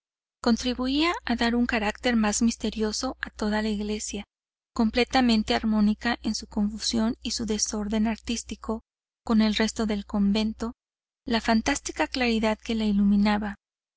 contribuía a dar un carácter más misterioso a toda la iglesia completamente armónica en su confusión y su desorden artístico con el resto del convento la fantástica claridad que la iluminaba